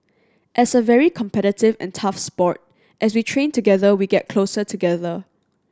as a very competitive and tough sport as we train together we get closer together